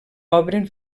obren